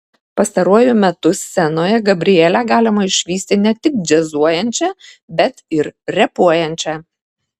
pastaruoju metu scenoje gabrielę galima išvysti ne tik džiazuojančią bet ir repuojančią